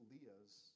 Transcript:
Leah's